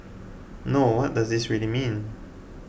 no what does this really mean